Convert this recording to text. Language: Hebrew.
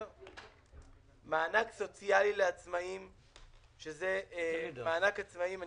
מענק סוציאלי לעצמאים שזה מענק עצמאים,